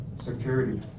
security